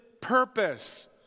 purpose